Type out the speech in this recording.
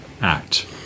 act